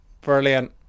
brilliant